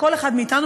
כל אחד מאתנו,